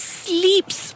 sleeps